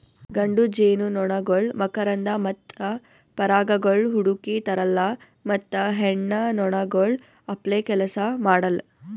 ಗಂಡು ಜೇನುನೊಣಗೊಳ್ ಮಕರಂದ ಮತ್ತ ಪರಾಗಗೊಳ್ ಹುಡುಕಿ ತರಲ್ಲಾ ಮತ್ತ ಹೆಣ್ಣ ನೊಣಗೊಳ್ ಅಪ್ಲೇ ಕೆಲಸ ಮಾಡಲ್